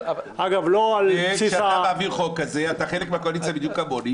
אבל --- אתה חלק מהקואליציה בדיוק כמוני